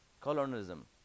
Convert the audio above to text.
colonialism